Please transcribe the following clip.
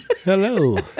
Hello